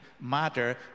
matter